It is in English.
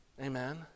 Amen